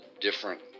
different